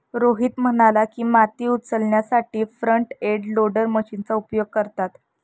रोहित म्हणाला की, माती उचलण्यासाठी फ्रंट एंड लोडर मशीनचा उपयोग करतात